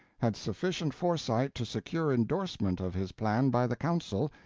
had sufficient foresight to secure endorsement of his plan by the council,